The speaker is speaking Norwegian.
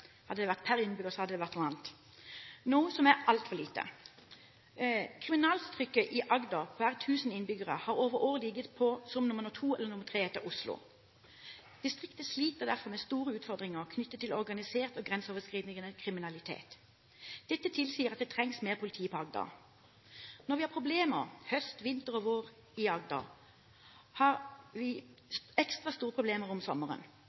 hadde det vært noe annet. Det er altfor lite. Når det gjelder kriminalitetstrykket i Agder per 1 000 innbyggere, har det over år ligget som nr. 2 eller 3 etter Oslo. Distriktet sliter derfor med store utfordringer knyttet til organisert og grenseoverskridende kriminalitet. Dette tilsier at det trengs mer politi i Agder. Vi har problemer i Agder høst, vinter og vår, men vi har ekstra store problemer om sommeren.